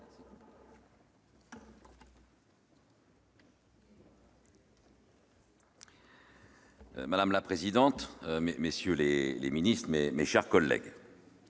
Madame la présidente, messieurs les ministres, mes chers collègues,